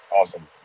awesome